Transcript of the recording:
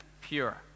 Pure